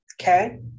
okay